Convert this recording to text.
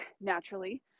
naturally